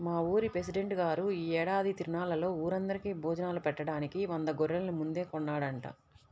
మా ఊరి పెసిడెంట్ గారు యీ ఏడాది తిరునాళ్ళలో ఊరందరికీ భోజనాలు బెట్టడానికి వంద గొర్రెల్ని ముందే కొన్నాడంట